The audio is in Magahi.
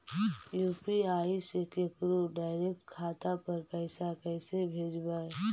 यु.पी.आई से केकरो डैरेकट खाता पर पैसा कैसे भेजबै?